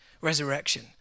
resurrection